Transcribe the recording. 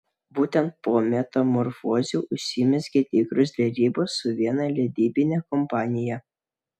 būtent po metamorfozių užsimezgė tikros derybos su viena leidybine kompanija